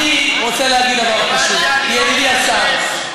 שאני לא מתייחס לרמות של הדיון הזה.